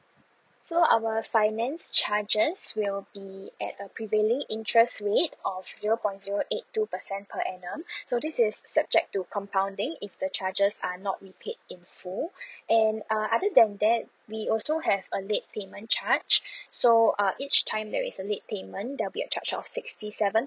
so our finance charges will be at a prevailing interest rate of zero point zero eight two percent per annum so this is subject to compounding if the charges are not repaid in full and uh other than that we also have a late payment charge so uh each time there is a late payment there'll be a charge of sixty seven